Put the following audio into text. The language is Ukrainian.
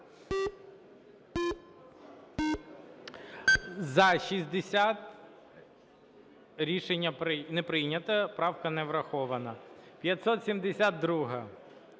За-70 Рішення не прийнято. Правка не врахована.